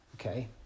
okay